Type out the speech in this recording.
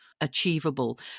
achievable